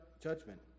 judgment